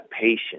patience